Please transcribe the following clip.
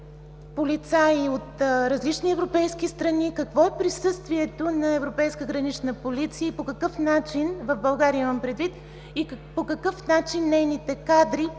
полицаи от различни европейски страни. Какво е присъствието на Европейска гранична полиция, в България имам предвид, и по какъв начин нейните кадри